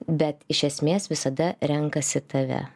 bet iš esmės visada renkasi tave